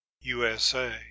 USA